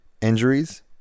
injuries